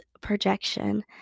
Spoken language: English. projection